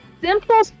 simple